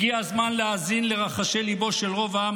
הגיע הזמן להאזין לרחשי ליבו של רוב העם,